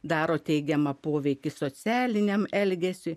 daro teigiamą poveikį socialiniam elgesiui